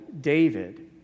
David